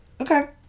Okay